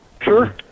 sure